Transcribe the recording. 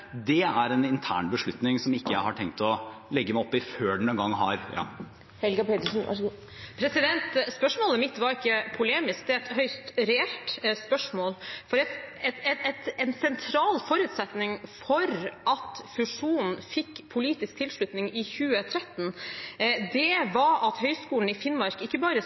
Det er en intern beslutning som jeg ikke har tenkt å legge meg opp i før den engang har… Spørsmålet mitt var ikke polemisk. Det er et høyst reelt spørsmål, for en sentral forutsetning for at fusjonen fikk politisk tilslutning i 2013, var at Høgskolen i Finnmark ikke bare